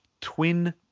twin